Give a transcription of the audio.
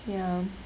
ya